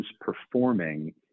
performing